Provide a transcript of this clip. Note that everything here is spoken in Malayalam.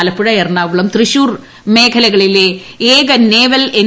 ആലപ്പുഴ എറണാകുളം തൃശൂർ മേഖലകളിലെ ഏക നേവൽ എൻ